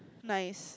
nice